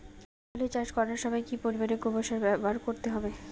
আলু চাষ করার সময় কি পরিমাণ গোবর সার ব্যবহার করতে হবে?